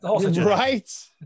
right